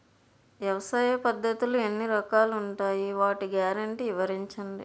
వ్యవసాయ పద్ధతులు ఎన్ని రకాలు ఉంటాయి? వాటి గ్యారంటీ వివరించండి?